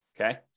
Okay